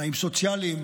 תנאים סוציאליים,